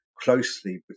closely